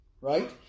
Right